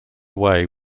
away